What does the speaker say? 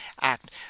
act